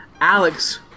Alex